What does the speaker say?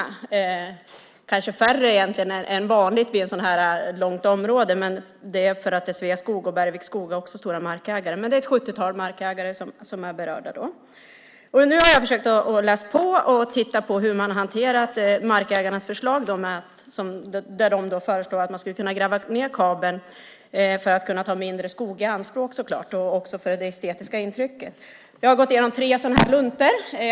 Det kanske är färre än vanligt vid ett så här långt område, men det beror på att Sveaskog och Bergviksskog också är stora markägare. Men det är ett 70-tal markägare som är berörda. Nu har jag försökt läsa på och titta närmare på hur man hanterat markägarnas förslag där de för fram att man skulle kunna gräva ned kabeln för att ta mindre skog i anspråk och även för det estetiska intrycket. Jag har gått igenom tre sådana här luntor som den jag har med mig här.